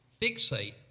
fixate